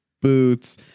boots